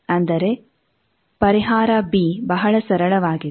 ಅಂದರೆ ಪರಿಹಾರ ಬಿ ಬಹಳ ಸರಳವಾಗಿದೆ